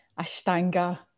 Ashtanga